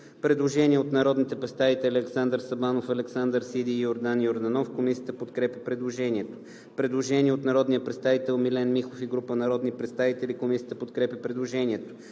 Предложение на народните представители Александър Сабанов, Александър Сиди и Йордан Йорданов. Комисията подкрепя предложението. Предложение на народния представител Милен Михов и група народни представители. Комисията подкрепя предложението